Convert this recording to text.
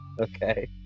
Okay